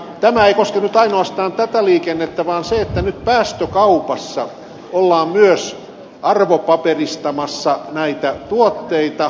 tämä ei koske nyt ainoastaan tätä liikennettä vaan sitä että nyt päästökaupassa ollaan myös arvopaperistamassa näitä tuotteita